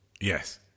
Yes